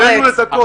הראינו את הכול.